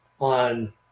on